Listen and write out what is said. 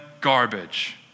garbage